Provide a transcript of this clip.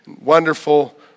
wonderful